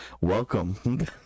Welcome